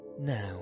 Now